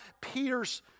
Peter's